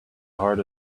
heart